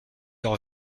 leur